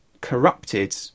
corrupted